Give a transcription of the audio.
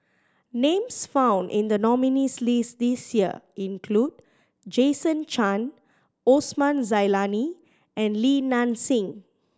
names found in the nominees' list this year include Jason Chan Osman Zailani and Li Nanxing